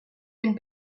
den